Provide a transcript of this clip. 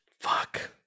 fuck